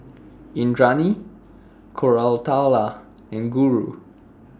Indranee Koratala and Guru